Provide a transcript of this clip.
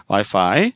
Wi-Fi